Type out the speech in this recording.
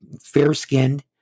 fair-skinned